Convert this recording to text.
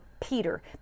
Peter